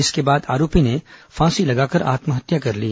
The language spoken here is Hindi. इसके बाद आरोपी ने फांसी लगाकर आत्महत्या कर ली